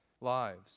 lives